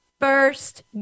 first